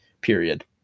period